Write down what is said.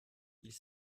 ils